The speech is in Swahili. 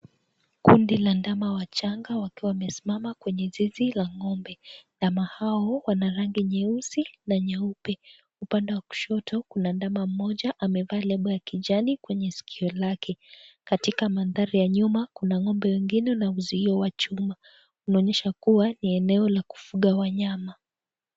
Kundi la ndama wachanga wakiwa wamesimama kwenye zizi la ng'ombe. Ndama hao Wana rangi nyeusi na nyeupe. Upande wa kushoto kuna ndama mmoja amevaa lebo ya kijani kwenye sikio lake. Katika maandhari ya nyuma kuna ng'ombe wengine na Uzi huo wa chuma . Unaonyesha kuwa ni eneo la kuvuga wanyama.